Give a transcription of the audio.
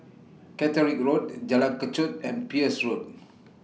Catterick Road Jalan Kechot and Peirce Road